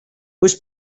was